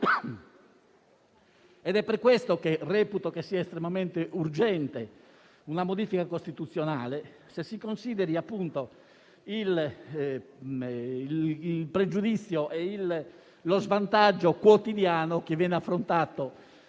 ed è per questo che reputo estremamente urgente una modifica costituzionale se si considera il pregiudizio e lo svantaggio quotidiano affrontati